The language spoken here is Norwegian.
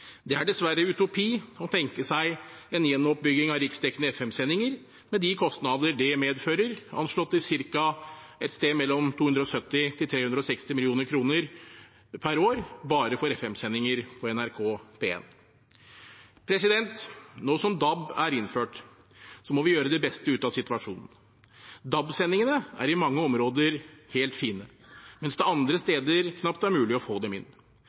Det er dessverre utopi å tenke seg en gjenoppbygging av riksdekkende FM-sendinger med de kostnader det medfører, anslått til et sted mellom 270 og 360 mill. kr per år bare for FM-sendinger på NRK P1. Nå som DAB er innført, må vi gjøre det beste ut av situasjonen. DAB-sendingene er i mange områder helt fine, mens det andre steder knapt er mulig å få dem inn.